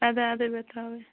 ادے ادے بے تھاوے